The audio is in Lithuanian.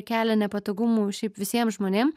kelia nepatogumų šiaip visiem žmonėm